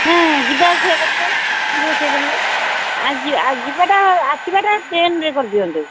ହଁ ଯିବା ଆସିବା କରିବେ ଯିବା ଆସିବା କରିବେ ଆଜି ଆଜି ଯିବାଟା ଆସିବାଟା ଟ୍ରେନରେ କରିଦିଅନ୍ତୁ